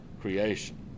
creation